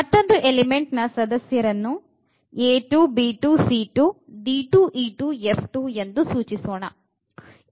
ಮತ್ತೊಂದು ಎಲಿಮೆಂಟ್ ನ ಸದಸ್ಯರನ್ನು a2 b2 c2 d2 e2 f2 ಎಂದು ಸೂಚಿಸೋಣ